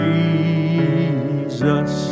Jesus